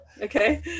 okay